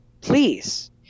Please